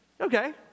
Okay